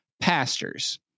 pastors